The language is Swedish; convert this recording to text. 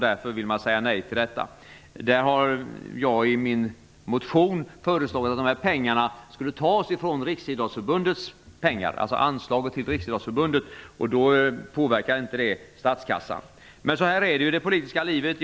Därför vill man säga nej här. I min motion föreslår jag att de här pengarna skall tas från anslaget till Riksidrottsförbundet, för därmed påverkas inte statskassan. Så här är det i det politiska livet.